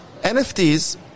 NFTs